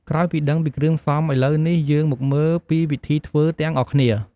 ក្រោយពីដឹងពីគ្រឿងផ្សំ ឥឡូវនេះ យើងមកមើលពីវិធីធ្វើទាំងអស់គ្នា។